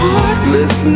Heartless